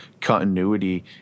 continuity